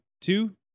two